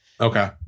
Okay